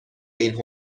این